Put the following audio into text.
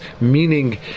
Meaning